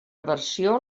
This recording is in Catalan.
versió